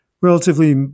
relatively